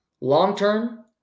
Long-term